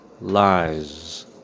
lies